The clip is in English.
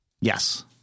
Yes